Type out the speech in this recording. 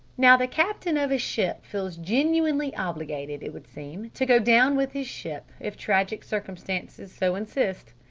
now the captain of a ship feels genuinely obligated, it would seem, to go down with his ship if tragic circumstances so insist.